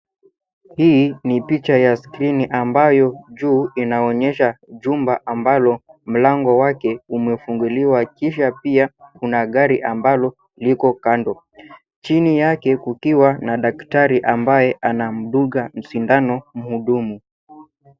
Hii ni picha ya skirini ambayo juu inaonyesha jumba ambalo mlango wake umefunguliwa kisha pia kuna gari ambalo liko kando. Chini yake kukiwa na daktari ambaye anamdunga sindano mhudumu.